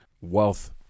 wealth